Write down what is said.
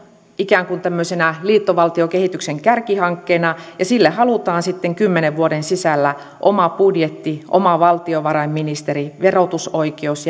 ikään kuin tämmöisenä liittovaltiokehityksen kärkihankkeena ja sille halutaan sitten kymmenen vuoden sisällä oma budjetti oma valtiovarainministeri verotusoikeus